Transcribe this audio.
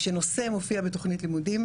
שנושא מופיע בתוכנית לימודים,